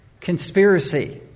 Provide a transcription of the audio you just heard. conspiracy